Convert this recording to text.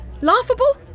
Laughable